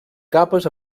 capes